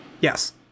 Yes